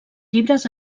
llibres